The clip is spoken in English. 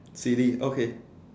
silly okay